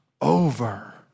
over